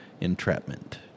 entrapment